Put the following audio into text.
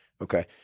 Okay